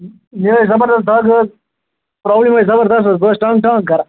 مےٚ آیہِ زَبردَس دَگ حظ پرٛابلِم آیہِ زَبردَس حظ بہٕ حظ چھُس ٹانٛگہٕ ٹانٛگہٕ کَران